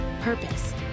purpose